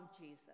Jesus